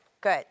Good